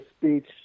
speech